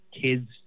kids